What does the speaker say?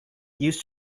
used